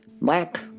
Black